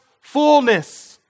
fullness